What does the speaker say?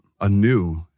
anew